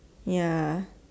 ya